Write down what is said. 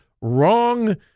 wrong